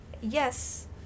Yes